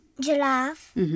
Giraffe